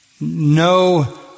no